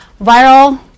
Viral